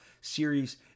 series